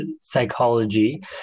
psychology